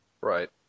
Right